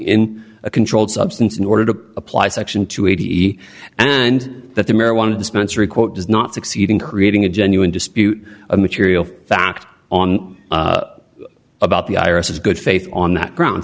in a controlled substance in order to apply section two e and that the marijuana dispensary quote does not succeed in creating a genuine dispute a material fact on about the irises good faith on that ground